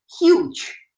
Huge